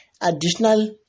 additional